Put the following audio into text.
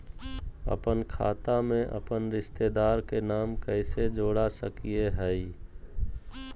अपन खाता में अपन रिश्तेदार के नाम कैसे जोड़ा सकिए हई?